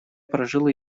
прожил